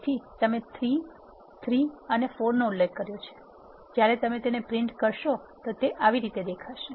તેથી તમે 3 3 અને 4 નો ઉલ્લેખ કર્યો છે જ્યારે તમે તેને પ્રિન્ટ કરશોતો તે આવુ દેખાશે